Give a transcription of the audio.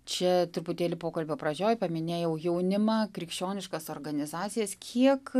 čia truputėlį pokalbio pradžioj paminėjau jaunimą krikščioniškas organizacijas kiek